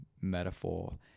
metaphor